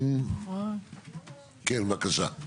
בבקשה.